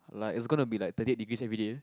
like it's gonna be like thirty eight degrees every day